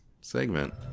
segment